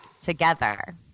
together